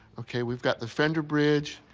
ok, we've got the fender bridge,